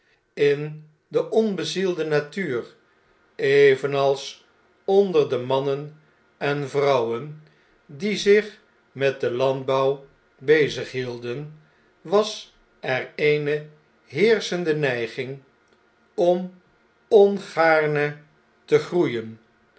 in de onbezielde natuur evenals onder de mannen en vrouwen die zich met den landbouw bezighielden was er eene heerschende neiging om ongaarne te groeien